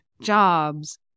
jobs